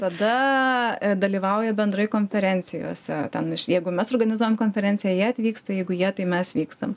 tada dalyvauja bendrai konferencijose ten jeigu mes organizuojam konferenciją jie atvyksta jeigu jie tai mes vykstam